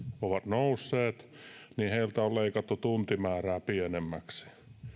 ovat nousseet heiltä on leikattu tuntimäärää pienemmäksi